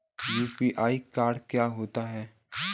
UPI code क्या होता है?